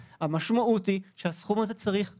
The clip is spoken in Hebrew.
המשמעות היא שהסכום הזה צריך לפחות.